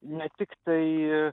ne tiktai